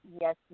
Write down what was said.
Yes